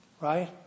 Right